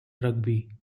rugby